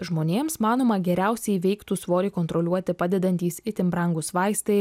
žmonėms manoma geriausiai veiktų svorį kontroliuoti padedantys itin brangūs vaistai